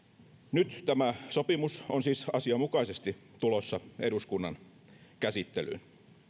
nyt tämä sopimus on siis asianmukaisesti tulossa eduskunnan käsittelyyn